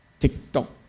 TikTok